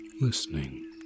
listening